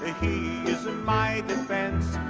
he is ah my defense,